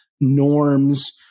norms